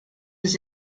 was